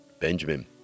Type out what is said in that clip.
Benjamin